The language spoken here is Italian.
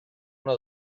una